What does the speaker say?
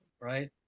right